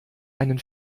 einen